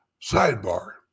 Sidebar